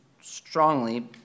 strongly